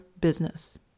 business